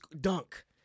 dunk